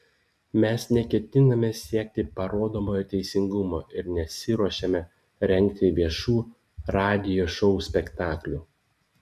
mes neketiname siekti parodomojo teisingumo ir nesiruošiame rengti viešų radijo šou spektaklių